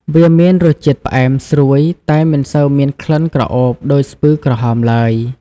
វាមានរសជាតិផ្អែមស្រួយ តែមិនសូវមានក្លិនក្រអូបដូចស្ពឺក្រហមឡើយ។